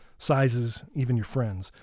sizes, even your friends.